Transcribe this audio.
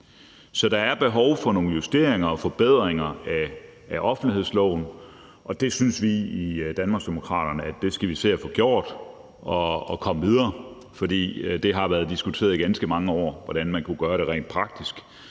Så der er behov for nogle justeringer og nogle forbedringer af offentlighedsloven, og det synes vi i Danmarksdemokraterne vi skal se at få gjort og komme videre med, for det har været diskuteret i ganske mange år, hvordan man kunne gøre det rent praktisk.